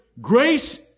Grace